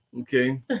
okay